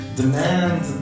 demand